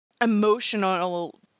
emotional